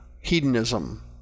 hedonism